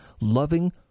loving